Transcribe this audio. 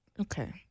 okay